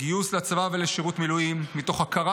גיוס לצבא ולשירות מילואים מתוך הכרה